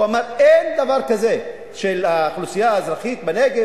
הוא אמר: אין דבר כזה שהאוכלוסייה האזרחית בנגב,